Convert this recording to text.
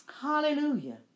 Hallelujah